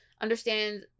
understand